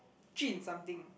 Jun something